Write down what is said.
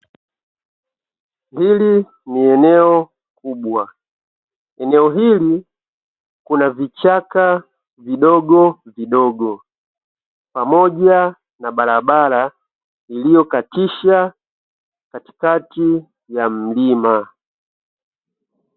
Hili ni eneo kubwa; eneo hili kuna vichaka vidogovidogo pamoja na barabara iliyokatisha katikati ya mlima.